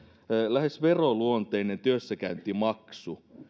lähes veroluonteinen työssäkäyntimaksu